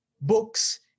books